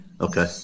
Okay